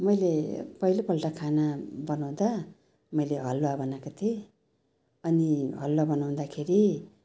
मैले पहिलोपल्ट खाना बनाउँदा मैले हलुवा बनाएको थिएँ अनि हलुवा बनाउँदाखेरि